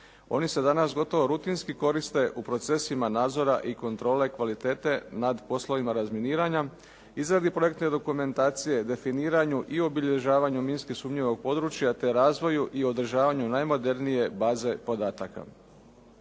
Oni se danas gotovo rutinski koriste u procesima nadzora i kontrole kvalitete nad poslovima razminiranja, izradi projekta i dokumentacije, definiranju i obilježavanju minski sumnjivog područja te razvoju i održavanju najmodernije baze podataka.